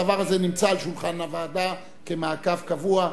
הדבר הזה נמצא על שולחן הוועדה כמעקב קבוע,